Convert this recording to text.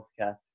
healthcare